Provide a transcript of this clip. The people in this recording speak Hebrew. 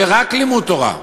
ורק לימוד תורה,